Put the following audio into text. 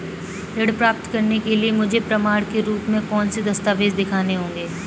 ऋण प्राप्त करने के लिए मुझे प्रमाण के रूप में कौन से दस्तावेज़ दिखाने होंगे?